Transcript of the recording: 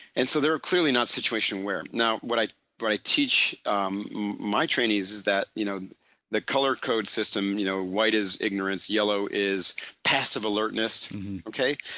and so, they are clearly not situation aware. now, what i but i teach um my trainees is that you now know the color code system you know white is ignorance, yellow is passive alertness okay.